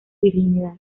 virginidad